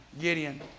Gideon